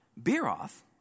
Beeroth